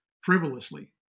frivolously